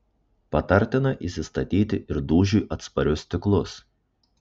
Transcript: patartina įsistatyti ir dūžiui atsparius stiklus